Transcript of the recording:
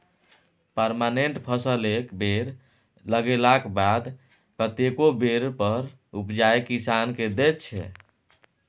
permanent फसल एक बेर लगेलाक बाद कतेको बेर फर उपजाए किसान केँ दैत छै